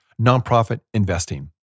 nonprofitinvesting